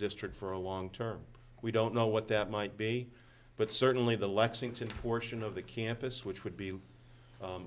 district for a long term we don't know what that might be but certainly the lexington portion of the campus which would be